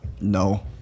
no